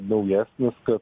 naujesnis kad